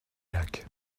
lac